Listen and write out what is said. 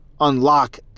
unlock